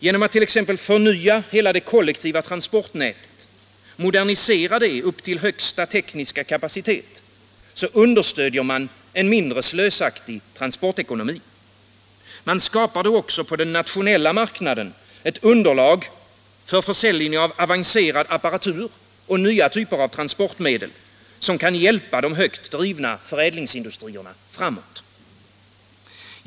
Genom att t.ex. förnya hela det kollektiva transportnätet och modernisera det upp till högsta tekniska kapacitet understödjer man en mindre slösaktig transportekonomi. Man skapar också på den nationella marknaden ett underlag för försäljning av avancerad apparatur och nya typer av transportmedel som hjälper de högt drivna förädlingsindustrierna framåt.